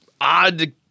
odd